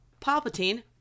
palpatine